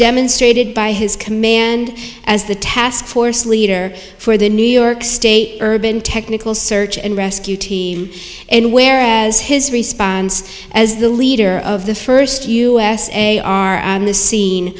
demonstrated by his command as the task force leader for the new york state urban technical search and rescue team and whereas his response as the leader of the first usa are on the scene